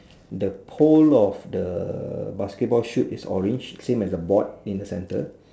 the pole of the basket shoot is orange same as the board in the centre